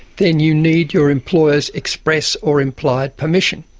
then you need your employer's express or implied permission.